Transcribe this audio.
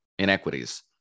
inequities